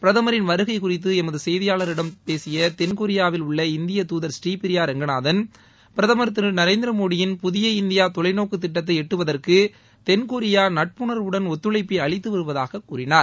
பிரதமரின் வருகை குறித்து எமது செய்தியாளரிடம் பேசிய தென் கொரியாவில் உள்ள இந்தியத் தூதர் புநீபிரியா ரெங்கநாதன் பிரதமர் திரு மோடியின் புதிய இந்தியா தொலைநோக்குத் திட்டத்தை எட்டுவதற்கு தென் கொரியா நட்புணர்வுடன் ஒத்துழைப்பை அளித்து வருவதாகச் கூறினார்